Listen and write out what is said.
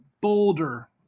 boulder